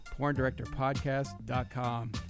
PornDirectorPodcast.com